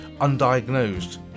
undiagnosed